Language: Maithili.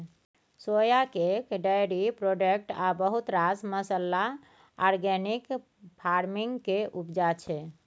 सोया केक, डेयरी प्रोडक्ट आ बहुत रास मसल्ला आर्गेनिक फार्मिंग केर उपजा छै